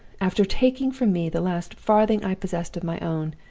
after taking from me the last farthing i possessed of my own,